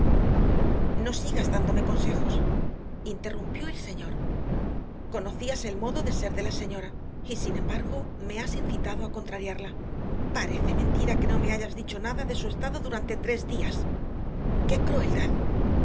no sigas dándome consejos interrumpió el señor conocías el modo de ser de la señora y sin embargo me has incitado a contrariarla parece mentira que no me hayas dicho nada de su estado durante estos tres días qué crueldad